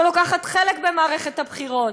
שלוקחת חלק במערכת הבחירות,